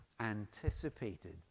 anticipated